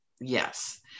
Yes